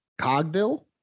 Cogdill